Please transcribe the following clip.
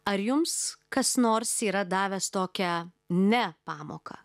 ar jums kas nors yra davęs tokią ne pamoką